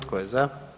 Tko je za?